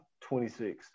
26